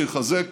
שיחזק